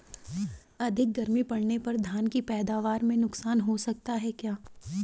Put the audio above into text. अधिक गर्मी पड़ने पर धान की पैदावार में नुकसान हो सकता है क्या?